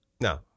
no